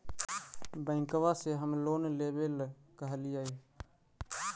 बैंकवा से हम लोन लेवेल कहलिऐ?